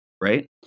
right